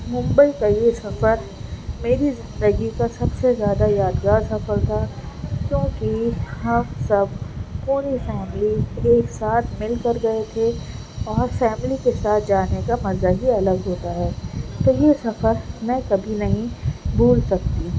ممبئی کا یہ سفر میری زندگی کا سب سے یادگار سفر تھا کیونکہ ہم سب پوری فیملی ایک ساتھ مل کر گئے تھے اور فیملی کے ساتھ جانے کا مزہ ہی الگ ہوتا ہے تو یہ سفر میں کبھی نہیں بھول سکتی